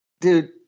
Dude